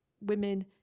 women